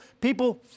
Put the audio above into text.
people